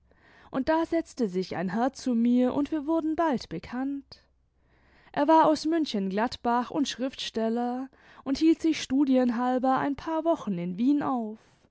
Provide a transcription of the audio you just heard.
und da setzte sich ein herr zu mir und wir wurden bald bekannt er war aus münchen gladbach und schriftsteller und hielt sich studienhalber ein paar wochen in wien auf